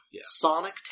Sonic